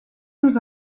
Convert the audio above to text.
nous